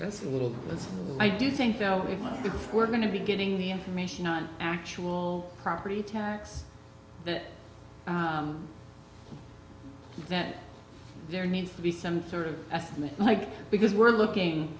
that's a little i do think though if we're going to be getting the information on actual property tax that there needs to be some sort of ethnic like because we're looking